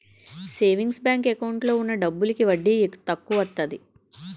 saving bank account లో ఉన్న డబ్బులకి వడ్డీ తక్కువత్తాది